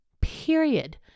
period